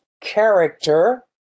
character